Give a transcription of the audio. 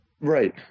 Right